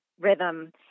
rhythm